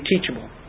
teachable